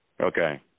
Okay